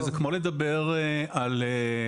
וזה כמו לדבר על,